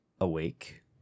awake